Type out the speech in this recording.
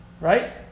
right